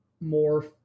more